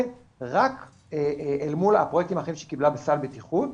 רק אל מול הפרויקטים האחרים שהיא קיבלה בסל בטיחות,